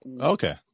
okay